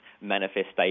manifestation